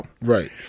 Right